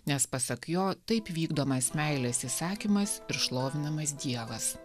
nes pasak jo taip vykdomas meilės įsakymas ir šlovinamas dievas